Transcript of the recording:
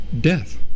Death